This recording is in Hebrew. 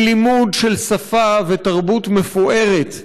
עם לימוד של שפה ותרבות מפוארת,